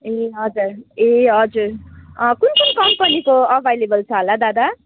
ए हजुर ए हजुर अँ कुन कुन कम्पनीको अभाइलेबल छ होला दादा